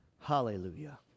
Hallelujah